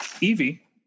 Evie